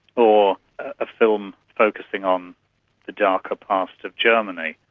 or a film focusing on the darker past of germany,